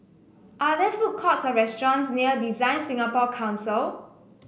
are there food courts or restaurants near DesignSingapore Council